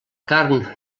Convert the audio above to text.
carn